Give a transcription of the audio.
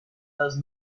those